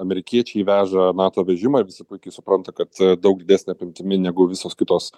amerikiečiai veža nato vežimą visi puikiai supranta kad daug didesne apimtimi negu visos kitos